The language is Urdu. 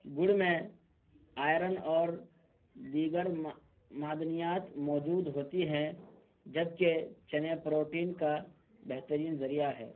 گڑ میں آئرن اور دیگر معدنیات موجود ہوتی ہیں جبکہ چنے پروٹین کا بہترین ذریعہ ہے